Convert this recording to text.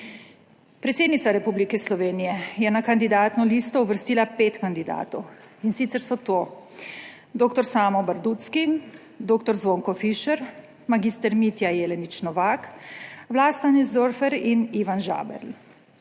Predsednica Republike Slovenije je na kandidatno listo uvrstila pet kandidatov, in sicer so to dr. Samo Bardutzky, dr. Zvonko Fišer, mag. Mitja Jelenič Novak, Vlasta Nussdorfer in Ivan Žaberl.